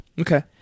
Okay